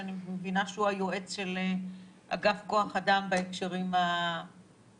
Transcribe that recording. שאני מבינה שהוא היועץ של אגף כוח אדם בהקשרים הנפשיים.